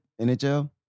NHL